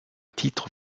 titre